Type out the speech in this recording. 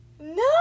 no